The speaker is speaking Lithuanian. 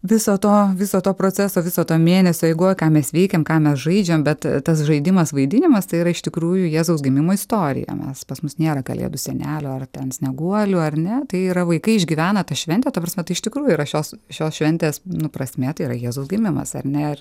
viso to viso to proceso viso to mėnesio eigoj ką mes veikiam ką mes žaidžiam bet tas žaidimas vaidinimas tai yra iš tikrųjų jėzaus gimimo istorija mes pas mus nėra kalėdų senelio ar ten snieguolių ar ne tai yra vaikai išgyvena tą šventę ta prasme tai iš tikrųjų yra šios šios šventės nu prasmė tai yra jėzaus gimimas ar ne ir